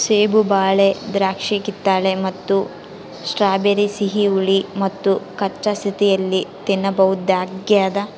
ಸೇಬು ಬಾಳೆ ದ್ರಾಕ್ಷಿಕಿತ್ತಳೆ ಮತ್ತು ಸ್ಟ್ರಾಬೆರಿ ಸಿಹಿ ಹುಳಿ ಮತ್ತುಕಚ್ಚಾ ಸ್ಥಿತಿಯಲ್ಲಿ ತಿನ್ನಬಹುದಾಗ್ಯದ